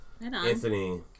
Anthony